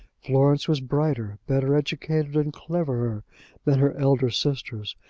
florence was brighter, better educated, and cleverer than her elder sisters,